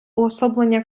уособлення